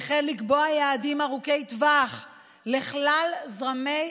וכן לקבוע יעדים ארוכי טווח לכלל זרמי